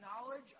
knowledge